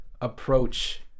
approach